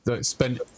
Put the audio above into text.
spent